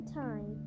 time